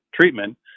treatment